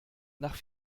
nach